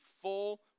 full